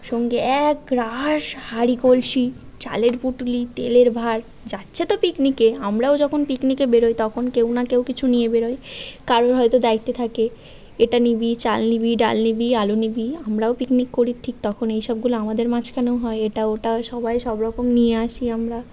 সঙ্গে এক রাশ হাঁড়ি কলসি চালের পুঁটুলি তেলের ভাঁড় যাচ্ছে তো পিকনিকে আমরাও যখন পিকনিকে বেরোই তখন কেউ না কেউ কিছু নিয়ে বেরোয় কারোর হয়তো দায়িত্বে থাকে এটা নিবি চাল নিবি ডাল নিবি আলু নিবি আমরাও পিকনিক করি ঠিক তখন এই সবগুলো আমাদের মাঝখানেও হয় এটা ওটা সবাই সব রকম নিয়ে আসি আমরা